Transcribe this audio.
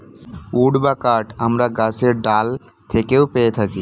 would বা কাঠ আমরা গাছের ডাল থেকেও পেয়ে থাকি